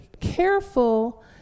careful